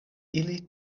ili